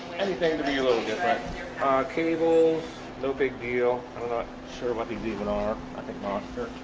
anything to be a little different cables little big deal i'm not sure what the given are i think monster